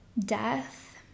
death